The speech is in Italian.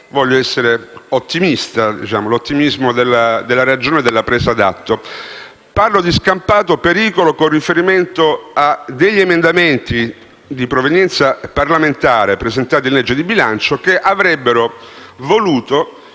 voglio essere ottimista: l'ottimismo della ragione e della presa d'atto. Parlo di scampato pericolo con riferimento ad alcuni emendamenti di provenienza parlamentare presentati alla legge di bilancio che avrebbero voluto